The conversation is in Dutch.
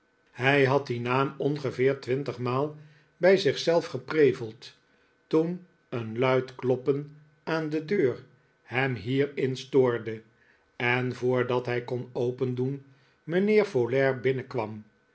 hij had dien naam ongeveer twintig maal bij zich zelf gepreveld toen een luid kloppen aan de deur hem hierin stoorde en voordat hij kon opendoen mijnheer folair binnenkwam